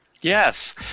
Yes